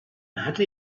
hatte